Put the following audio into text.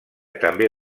també